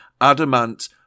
Adamant